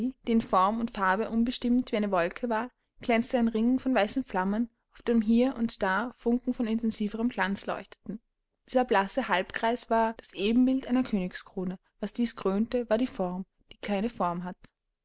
die in form und farbe unbestimmt wie eine wolke war glänzte ein ring von weißen flammen auf dem hier und da funken von intensiverem glanz leuchteten dieser blasse halbkreis war das ebenbild einer königskrone was diese krönte war die form die keine form hat